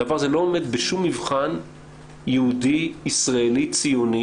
הדבר הזה לא עומד בשום מבחן יהודי, ישראלי ציוני.